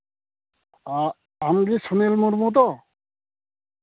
ᱟᱢᱜᱮ ᱥᱩᱱᱤᱞ ᱢᱩᱨᱢᱩ ᱫᱚ